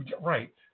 Right